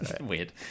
Weird